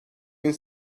bin